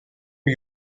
lui